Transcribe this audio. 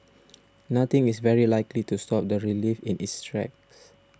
nothing is very likely to stop the relief in its tracks